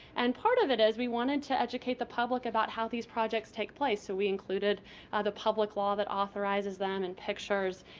and part of it is we wanted to educate the public about how these projects take place, so we included the public law that authorizes them, and pictures.